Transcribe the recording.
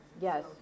Yes